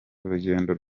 urugendo